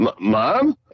mom